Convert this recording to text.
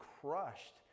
crushed